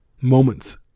moments